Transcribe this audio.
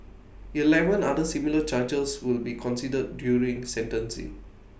Eleven other similar charges will be considered during sentencing